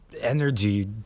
energy